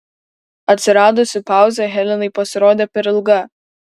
atsiradusi pauzė helenai pasirodė per ilga